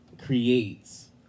creates